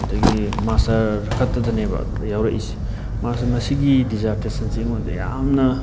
ꯑꯗꯒꯤ ꯃꯥꯁꯇꯔ ꯈꯛꯇꯗꯅꯦꯕ ꯑꯗꯨꯗ ꯌꯥꯎꯔꯛꯏꯁꯦ ꯃꯥꯁꯇꯔ ꯃꯁꯤꯒꯤ ꯗꯤꯖꯥꯔꯇꯦꯁꯟꯁꯦ ꯑꯩꯉꯣꯟꯗ ꯌꯥꯝꯅ